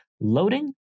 loading